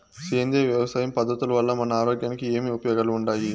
సేంద్రియ వ్యవసాయం పద్ధతుల వల్ల మన ఆరోగ్యానికి ఏమి ఉపయోగాలు వుండాయి?